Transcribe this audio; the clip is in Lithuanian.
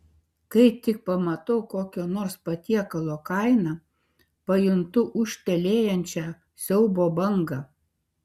kai tik pamatau kokio nors patiekalo kainą pajuntu ūžtelėjančią siaubo bangą